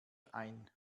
ein